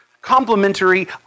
Complementary